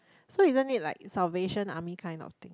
so isn't it like Salvation-Army kind of thing